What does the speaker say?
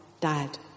dad